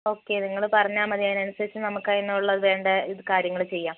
okay നിങ്ങൾ പറഞ്ഞാൽ മതി അതിന് അനുസരിച്ച് നമുക്ക് അതിന് ഉള്ള വേണ്ട ഇത് കാര്യങ്ങൾ ചെയ്യാം